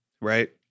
right